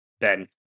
Ben